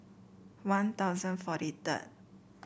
One Thousand forty third